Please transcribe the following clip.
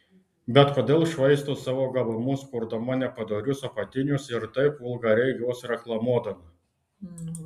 bet kodėl švaisto savo gabumus kurdama nepadorius apatinius ir taip vulgariai juos reklamuodama